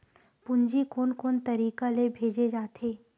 पूंजी कोन कोन तरीका ले भेजे जाथे?